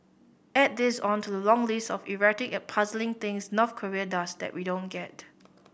add this on to the long list of erratic and puzzling things North Korea does that we don't get